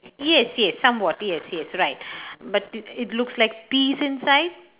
yes yes somewhat yes yes right but it looks like peas inside